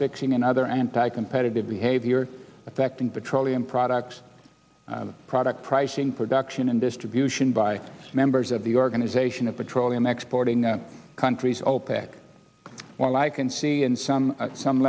fixing and other anti competitive behavior affecting petroleum products product pricing production and distribution by members of the organization of petroleum exporting countries opec while i can see in some some